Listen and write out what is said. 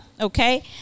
okay